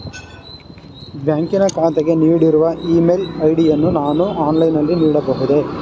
ಬ್ಯಾಂಕಿನ ಖಾತೆಗೆ ನೀಡಿರುವ ಇ ಮೇಲ್ ಐ.ಡಿ ಯನ್ನು ನಾನು ಆನ್ಲೈನ್ ನಲ್ಲಿ ನೀಡಬಹುದೇ?